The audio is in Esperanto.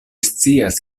scias